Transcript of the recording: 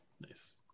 Nice